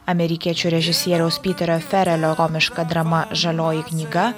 amerikiečių režisieriaus pyterio ferelio komiška drama žalioji knyga